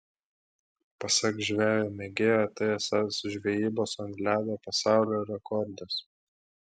pasak žvejo mėgėjo tai esąs žvejybos ant ledo pasaulio rekordas